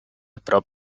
prop